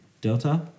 Delta